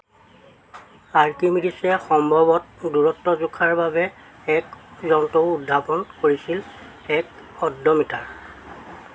আৰ্কিমিডিছে সম্ভৱতঃ দূৰত্ব জোখাৰ বাবে এক যন্ত্ৰও উদ্ভাৱন কৰিছিল এক অড'মিটাৰ